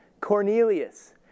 Cornelius